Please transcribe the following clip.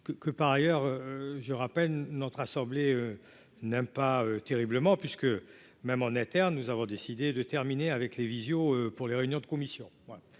que par ailleurs je rappelle notre assemblée n'aime pas terriblement puisque même en interne, nous avons décidé de terminer avec les visio pour les réunions de commissions